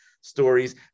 stories